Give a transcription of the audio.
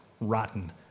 rotten